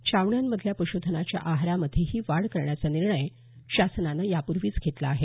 छावण्यांमधल्या पश्धनाच्या आहारामध्येही वाढ करण्याचा निर्णय शासनानं यापूर्वीच घेतला आहे